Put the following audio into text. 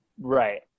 Right